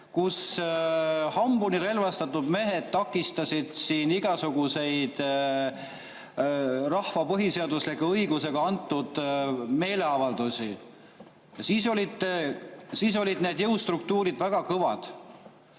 kui hambuni relvastatud mehed takistasid siin igasuguseid rahvale põhiseadusliku õigusega antud meeleavaldusi. Siis olid need jõustruktuurid väga kõvad.